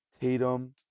Tatum